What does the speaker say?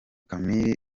camille